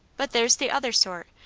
but there's the other sort,